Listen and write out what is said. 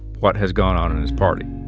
what has gone on in his party.